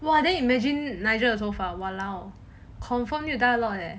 !wah! then you imagine nigel 的头发 !walao! confirm need to dye a lot leh